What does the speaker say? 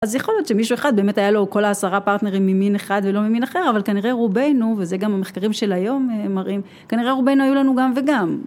אז יכול להיות שמישהו אחד באמת היה לו כל העשרה פרטנרים ממין אחד ולא ממין אחר, אבל כנראה רובנו, וזה גם המחקרים של היום מראים, כנראה רובנו היו לנו גם וגם.